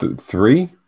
three